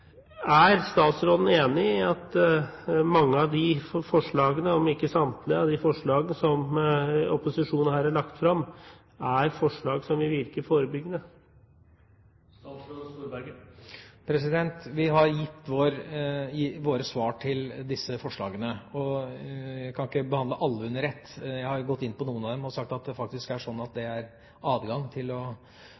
Er statsråden enig i at mange av de forslagene – om ikke samtlige – som opposisjonen her har lagt frem, er forslag som vil virke forebyggende? Vi har gitt våre svar på disse forslagene. Alle kan ikke behandles under ett. Jeg har gått inn på noen av dem og sagt at det faktisk fra politiets side er adgang til å foreta grep både når det